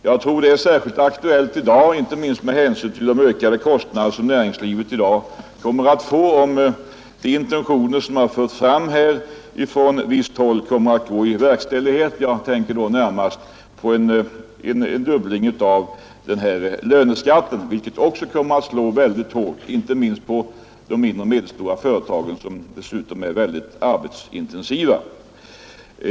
Jag tror att det är särskilt angeläget att understryka detta just nu, inte minst med hänsyn till de ökade kostnader som näringslivet kommer att få, om de intentioner som har förts fram från visst håll går i verkställighet; jag tänker närmast på en fördubbling av löneskatten, vilken kommer att slå väldigt hårt på de mindre och medelstora företagen, som dessutom är mycket arbetsintensiva.